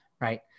Right